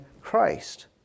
Christ